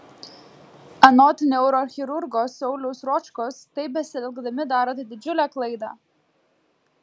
anot neurochirurgo sauliaus ročkos taip besielgdami darote didžiulę klaidą